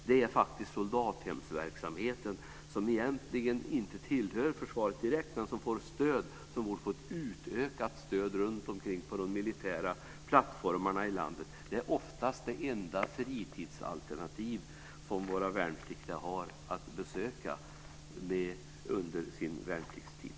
Det gäller soldathemsverksamheten, som egentligen inte tillhör försvaret direkt men som får stöd och som borde få ett utökat stöd runtomkring på de militära plattformarna i landet. Det är oftast det enda fritidsalternativ som våra värnpliktiga har att besöka under sin värnpliktstid.